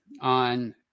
On